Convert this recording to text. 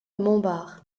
montbard